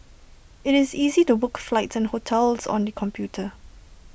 it's easy to book flights and hotels on the computer